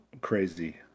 crazy